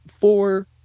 four